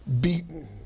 Beaten